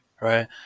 right